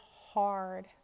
hard